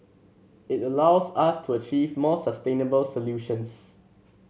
it allows us to achieve more sustainable solutions